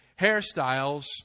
hairstyles